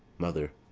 mother.